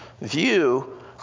view